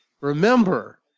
remember